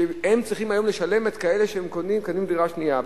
שצריכים היום לשלם לכאלה שקונים דירה שנייה.